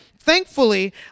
Thankfully